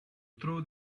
throw